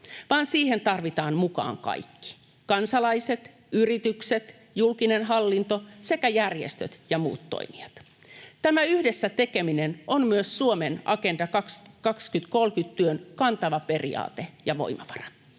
vaan siihen tarvitaan mukaan kaikki: kansalaiset, yritykset, julkinen hallinto sekä järjestöt ja muut toimijat. Tämä yhdessä tekeminen on myös Suomen Agenda 2030 ‑työn kantava periaate ja voimavara.